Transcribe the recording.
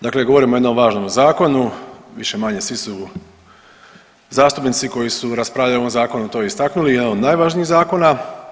Dakle, govorimo o jednom važnom zakonu, više-manje svi su zastupnici koji su raspravljali o ovom zakonu to istaknuli jedan od najvažnijih zakona.